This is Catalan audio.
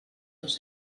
dos